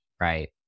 Right